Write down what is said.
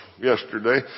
yesterday